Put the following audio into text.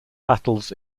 battles